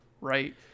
right